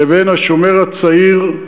לבין "השומר הצעיר",